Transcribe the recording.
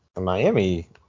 Miami